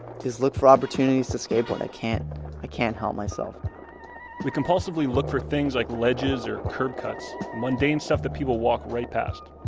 look for opportunities to skateboard. i can't i can't help myself we compulsively look for things like ledges or curb cuts. mundane stuff that people walk right past,